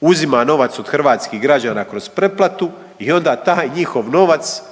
uzima novac od hrvatskih građana kroz pretplatu i onda taj njihov novac,